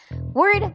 Word